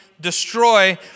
destroy